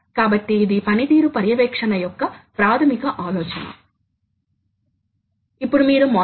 కాబట్టి ఇది CNC యంత్రం యొక్క సాధారణ నిర్మాణం